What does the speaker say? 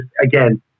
again